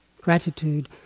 gratitude